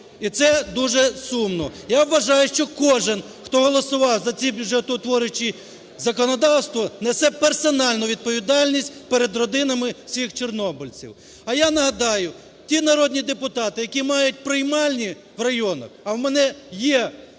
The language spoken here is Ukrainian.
І це дуже сумно. Я вважаю, що кожен, хто голосував за це бюджетоутворююче законодавство, несе персональну відповідальність перед родинами всіх чорнобильців. А я нагадаю, ті народні депутати, які мають приймальні в районах, а в мене є приймальні